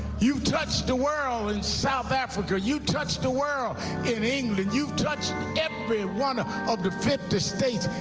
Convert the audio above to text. you touched the world in south africa, you touched the world in england. you touched every one of the fifty states,